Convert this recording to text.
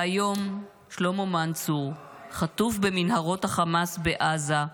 והיום שלמה מנצור חטוף במנהרות החמאס בעזה,